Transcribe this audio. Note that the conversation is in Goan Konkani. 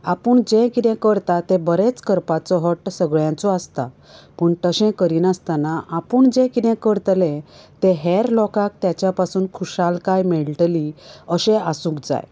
आपूण जें कितें करतां तें बरेंच करपाचो हट्ट सगळ्यांचो आसता पूण तशें करिनासतना आपूण जें कितें करतले तें हेर लोकांक ताच्या पसून खुशालकाय मेळटली अशें आसूंक जाय